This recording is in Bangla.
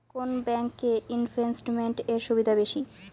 কোন ব্যাংক এ ইনভেস্টমেন্ট এর সুবিধা বেশি?